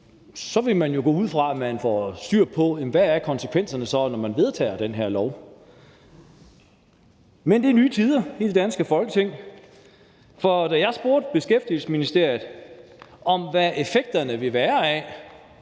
vil man jo gå ud fra, at der er styr på, hvad konsekvenserne så er, når man vedtager den lov. Men det er nye tider i det danske Folketing, for da jeg spurgte Beskæftigelsesministeriet om, hvad effekterne,